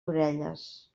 orelles